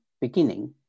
beginning